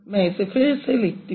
मैं इसे फिर से लिखती हूँ